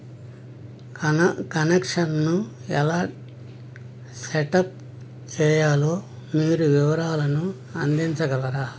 కన కనెక్షన్ను ఎలా సెటప్ చేయాలో మీరు వివరాలను అందించగలరా